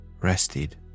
rested